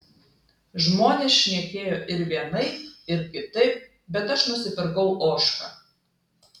žmonės šnekėjo ir vienaip ir kitaip bet aš nusipirkau ožką